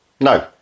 No